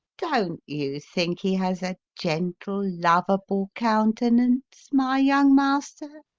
don't you think he has a gentle, lovable countenance, my young master?